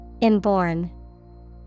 Inborn